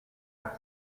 moved